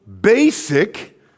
basic